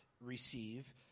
receive